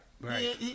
Right